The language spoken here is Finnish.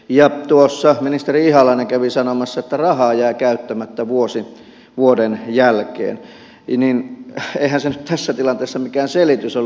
ja kun tuossa ministeri ihalainen kävi sanomassa että rahaa jää käyttämättä vuosi vuoden jälkeen niin eihän se nyt tässä tilanteessa mikään selitys ole